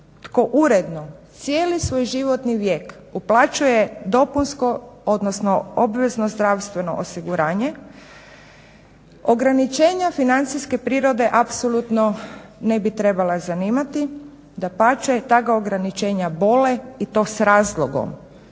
tko uredno cijeli svoj životni vijek uplaćuje dopunsko, odnosno obvezno zdravstveno osiguranje ograničenja financijske prirode apsolutno ne bi trebala zanimati. Dapače, ta ga ograničenja bole i to s razlogom